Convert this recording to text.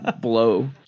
blow